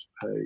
pay